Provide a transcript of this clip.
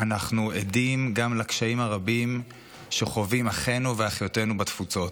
אנחנו עדים גם לקשיים הרבים שחווים אחינו ואחיותינו בתפוצות.